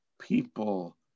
people